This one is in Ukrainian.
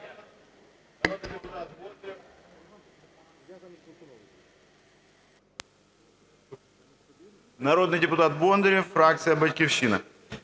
Народний депутат Бондарєв, фракція "Батьківщина".